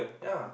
ya